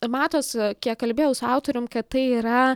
matosi kiek kalbėjau su autorium kad tai yra